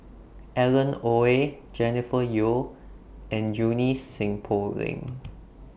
Alan Oei Jennifer Yeo and Junie Sng Poh Leng